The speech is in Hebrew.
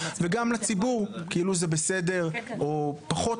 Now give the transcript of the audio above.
וגם לציבור כאילו זה בסדר או פחות